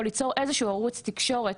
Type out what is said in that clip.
או ליצור איזשהו ערוץ תקשורת